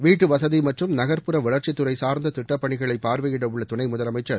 வீட்டு வசதி மற்றும் நகர்ப்புற வளர்ச்சித்துறை சார்ந்த திட்டப்பனிகளை பார்வையிட உள்ள துணை முதலமைச்சர்